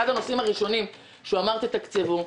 זה אחד הנושאים הראשונים שהוא ביקש לתקצב.